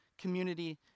community